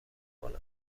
کنن